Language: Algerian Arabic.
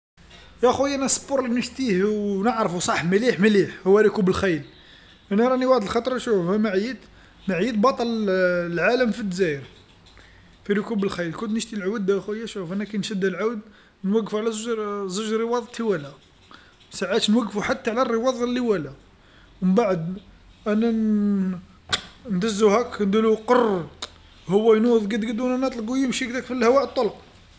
يا خويا أنا الرياضة نشتيه و نعرفو صح مليح مليح هو ركوب الخيل، أنا راني وحد الخطره شوف، ما عييت ما عييت بطل ال- العالم في الدزاير، في ركوب الخيل كنت نشتي العود آخويا شوف أنا كي نشد العود، نوقفو على زوج زوج رواد التوالا، ساعات نوقفو حتى على رواد اللوالا ، من بعد أن ن- ندزو هاك نديرو قرر هو ينوض قد قد وانا نطلقو يمشي هكذاك فالهواء الطلق.